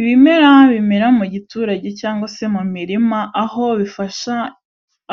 Ibimera bimera mu giturage cyangwa se mu mirima aho bifasha